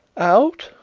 out!